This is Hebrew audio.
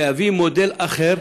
כדי להביא מודל אחר,